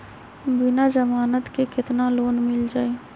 बिना जमानत के केतना लोन मिल जाइ?